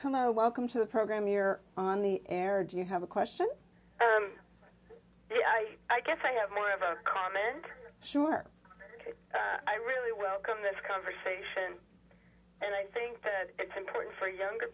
hello welcome to the program you're on the air do you have a question i guess i have more of a comment sure i really welcome this conversation and i think it's important for younger